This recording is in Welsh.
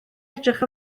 edrych